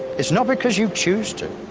its not because you chose to,